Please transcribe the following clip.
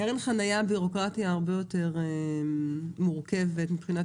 קרן חניה בירוקרטיה הרבה יותר מורכבת מבחינת